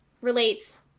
relates